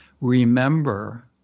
remember